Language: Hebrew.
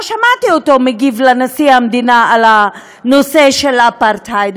לא שמעתי אותו מגיב על דברי נשיא המדינה בנושא האפרטהייד.